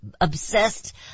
obsessed